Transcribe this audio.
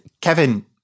Kevin